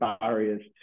barriers